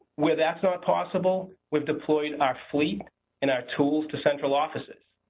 where that's not possible we've deployed our fleet and our tools to central offices.